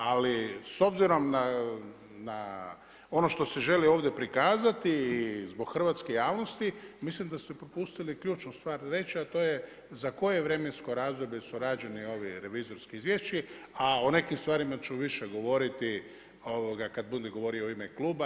Ali s obzirom na ono što se želi ovdje prikazati i zbog hrvatske javnosti mislim da ste propustili ključnu stvar reći, a to je za koje vremensko razdoblje su rađeni ovi revizorski izvješći a o nekim stvarima ću više govoriti kad budem govorio u ime kluba.